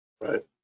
Right